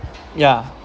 yeah